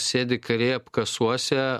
sėdi kariai apkasuose